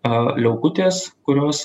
a liaukutės kurios